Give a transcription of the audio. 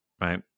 right